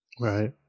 right